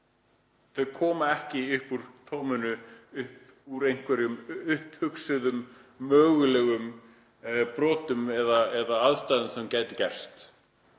Þau koma ekki upp úr tóminu, upp úr einhverjum upphugsuðum, mögulegum brotum eða aðstæðum sem gætu gerst.